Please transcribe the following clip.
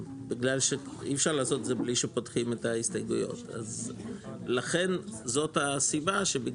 אי אפשר לעשות את זה בלי שפותחים את ההסתייגויות אז לכן זאת הסיבה.